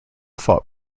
fought